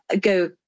go